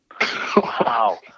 Wow